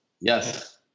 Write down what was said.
Yes